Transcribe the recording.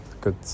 good